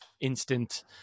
instant